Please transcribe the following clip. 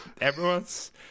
everyone's